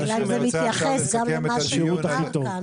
השאלה היא אם זה מתייחס גם למה שנאמר כאן.